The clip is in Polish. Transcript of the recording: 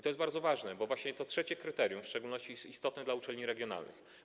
To jest bardzo ważne, bo właśnie to trzecie kryterium jest w szczególności istotne dla uczelni regionalnych.